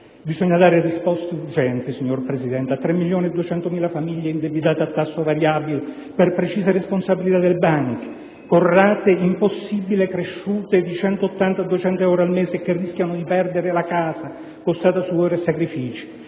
Bisogna dare risposte urgenti, signor Presidente, a 3,2 milioni di famiglie indebitate a tasso variabile per precise responsabilità delle banche, con rate impossibili cresciute di 180-200 euro al mese e che rischiano di perdere la casa costata sudore e sacrifici;